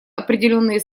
определенные